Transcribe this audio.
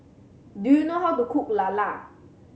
do you know how to cook lala